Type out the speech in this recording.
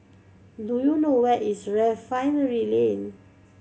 do you know where is Refinery Lane